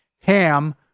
ham